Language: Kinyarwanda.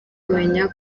kumenya